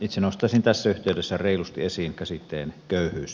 itse nostaisin tässä yhteydessä reilusti esiin käsitteen köyhyys